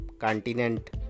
continent